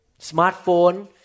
Smartphone